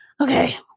okay